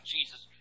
Jesus